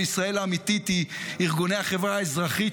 וישראל האמיתית היא ארגוני החברה האזרחית,